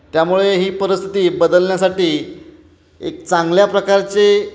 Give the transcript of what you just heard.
त्यामुळे ही परिस्थिती बदलण्यासाठी एक चांगल्या प्रकारचे